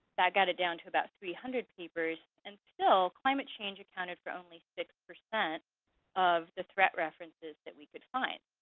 that got it down to about three hundred papers, and still climate change accounted for only six percent of the threat references that we could find.